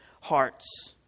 hearts